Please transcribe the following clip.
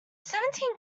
seventeen